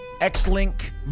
X-Link